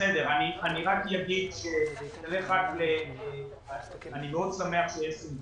אני רק אגיד שאני מאוד שמח שאשררו